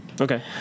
Okay